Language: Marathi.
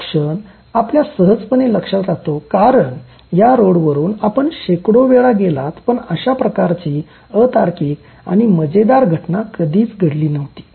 हा क्षण आपल्या सहजपणे लक्षात राहतो कारण या रोडवरून आपण शेकडो वेळा गेलात पण अशा प्रकारची अतार्किक आणि मजेदार घटना कधीच घडली नव्हती